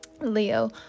Leo